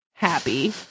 Happy